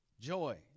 joy